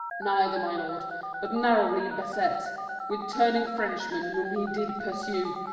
neither, my lord but narrowly beset with turning frenchmen, whom he did pursue,